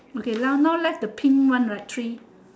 okay now now left the pink one right three